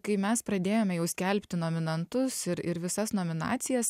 kai mes pradėjome jau skelbti nominantus ir ir visas nominacijas